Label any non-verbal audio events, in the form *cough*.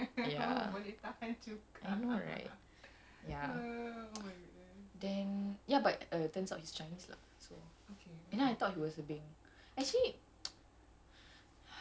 ya I know right ya *noise* then ya but uh turns out he's chinese lah so and then I thought he was ah beng actually *noise* *breath*